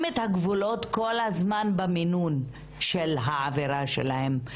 את הגבולות כל הזמן במינון של העבירה שלהם.